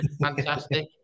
Fantastic